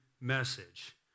message